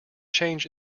change